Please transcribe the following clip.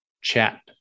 chat